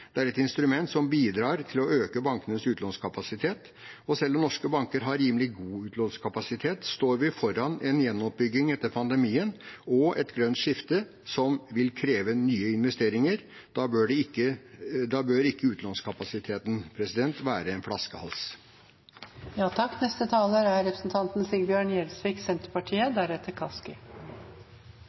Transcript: Det er et instrument som bidrar til å øke bankenes utlånskapasitet. Og selv om norske banker har rimelig god utlånskapasitet, står vi foran en gjenoppbygging etter pandemien og et grønt skifte som vil kreve nye investeringer. Da bør ikke utlånskapasitet være en flaskehals. Det